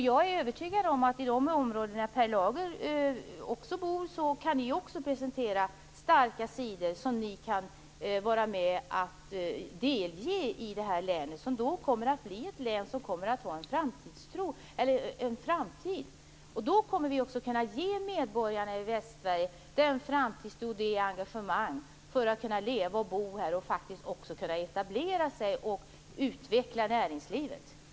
Jag är övertygad om att i det område som Per Lager bor i kan också starka sidor presenteras som kan delges länet, vilket då kommer att bli ett län som har en framtid. Då kommer vi också att kunna ge medborgarna i Västsverige den framtidstro och det engagemang som behövs för att kunna leva och bo där och faktiskt också kunna etablera sig och utveckla näringslivet.